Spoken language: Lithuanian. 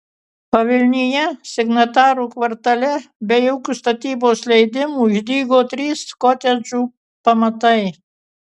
pavilnyje signatarų kvartale be jokių statybos leidimų išdygo trys kotedžų pamatai